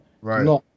Right